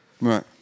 Right